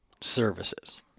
services